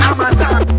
Amazon